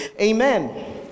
Amen